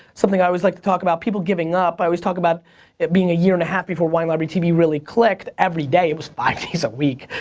something i always like to talk about. people giving up, i always talk about it being a year and a half before wine library tv really clicked everyday, it was five days a week.